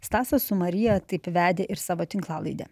stasas su marija taip vedė ir savo tinklalaidę